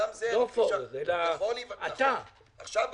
עכשיו,